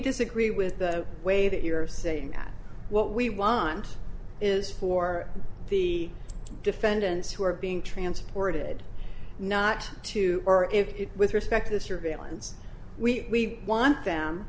disagree with the way that you're saying that what we want is for the defendants who are being transported not to or if it with respect to surveillance we want them